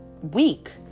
week